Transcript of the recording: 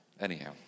Anyhow